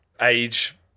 age